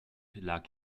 lag